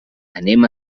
anem